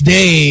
Day